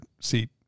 seat